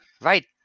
right